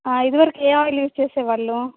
ఇదివరకు ఏ oil use చేసేవాళ్ళు